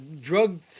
drug